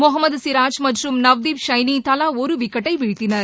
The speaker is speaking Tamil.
முகமது சிராஜ் மற்றும் நவ்தீப் சைனீ தலா ஒரு விக்கெட்டை வீழ்த்தினர்